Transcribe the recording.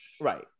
Right